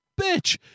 bitch